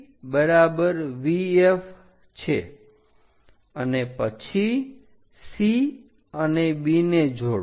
તો VB બરાબર VF છે અને પછી C અને B ને જોડો